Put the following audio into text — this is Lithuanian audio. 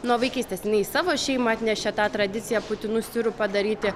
nuo vaikystės jinai į savo šeimą atnešė tą tradiciją putinų sirupą daryti